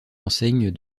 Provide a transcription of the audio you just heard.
enseignes